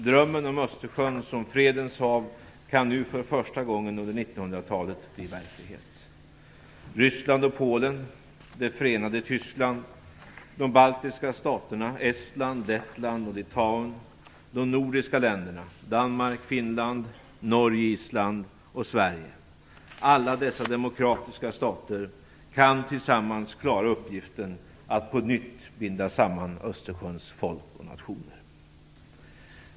Drömmen om Östersjön som fredens hav kan nu för första gången under 1900 talet bli verklighet. Ryssland och Polen, det förenade Norge, Island och Sverige - alla dessa demokratiska stater kan tillsammans klara uppgiften att på nytt binda samman Östersjöns folk och nationer.